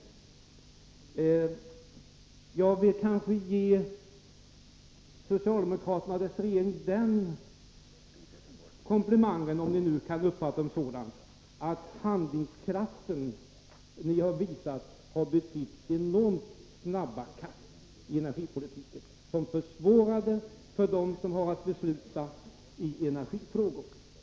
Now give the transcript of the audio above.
Jag vill ge socialdemokraterna och deras regering den komplimangen —- om den nu kan uppfattas som en sådan — att den handlingskraft ni har visat har betytt enormt snabba kast i energipolitiken som har försvårat för dem som har att besluta i energifrågor.